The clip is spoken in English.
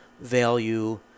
value